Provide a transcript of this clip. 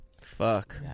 Fuck